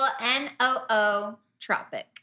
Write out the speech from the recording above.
N-O-O-Tropic